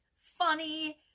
funny